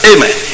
Amen